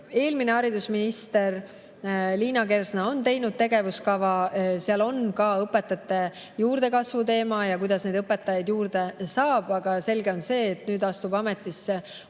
Eelmine haridusminister Liina Kersna on teinud tegevuskava, seal on ka õpetajate juurdekasvu teema ja kuidas neid õpetajaid juurde saab. Selge on see, et nüüd astub ametisse